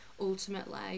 ultimately